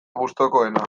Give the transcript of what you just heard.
gustukoena